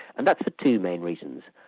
and that's for two main reasons.